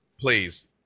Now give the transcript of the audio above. Please